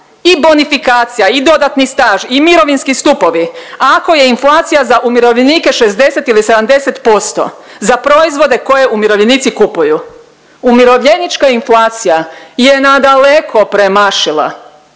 i bonifikacija i dodatni staž i mirovinski stupovi ako je inflacija za umirovljenike 60 ili 70% za proizvode koje umirovljenici kupuju. Umirovljenička inflacija je nadaleko premašila